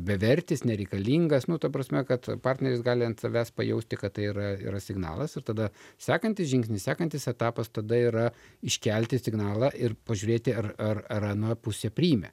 bevertis nereikalingas nu ta prasme kad partneris gali ant savęs pajausti kad tai yra yra signalas ir tada sekantis žingsnis sekantis etapas tada yra iškelti signalą ir pažiūrėti ar ar ar ana pusė priėmė